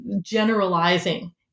generalizing